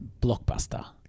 Blockbuster